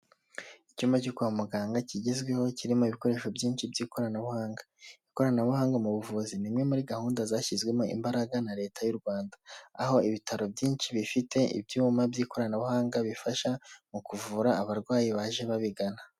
Icyumba cyo kwa muganga kigezweho, kirimo ibikoresho byinshi by'ikoranabuhanga, ikoranabuhanga mu buvuzi, ni imwe muri gahunda zashyizwemo imbaraga na leta y'u Rwanda, aho ibitaro byinshi bifite ibyuma by'ikoranabuhanga, bifasha mu kuvura abarwayi baje babigana.